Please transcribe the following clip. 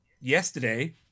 yesterday